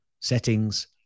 settings